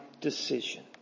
decision